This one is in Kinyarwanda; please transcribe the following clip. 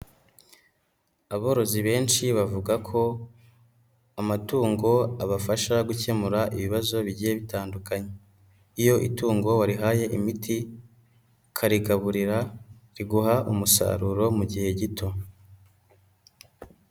Aborozi benshi bavuga ko amatungo abafasha gukemura ibibazo bigiye bitandukanye, iyo itungo warihaye imiti, ukarigaburira, riguha umusaruro mu gihe gito.